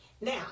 Now